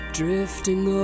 drifting